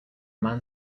man